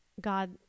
God